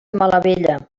malavella